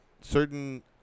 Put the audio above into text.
certain